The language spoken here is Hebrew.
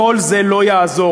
כל זה לא יעזור.